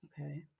Okay